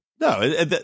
No